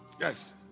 Yes